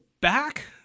back